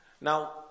Now